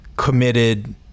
committed